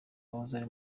wahoze